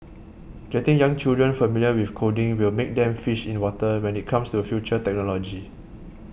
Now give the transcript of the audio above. getting young children familiar with coding will make them fish in water when it comes to future technology